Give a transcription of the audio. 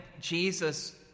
Jesus